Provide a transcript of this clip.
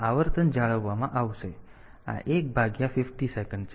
તેથી આ 1 ભાગ્યા 50 સેકન્ડ છે